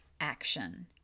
action